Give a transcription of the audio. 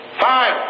five